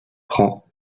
prend